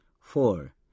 four